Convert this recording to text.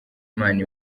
imana